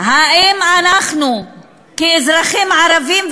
האם אנחנו כאזרחים ערבים,